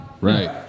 Right